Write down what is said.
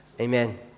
Amen